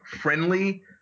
friendly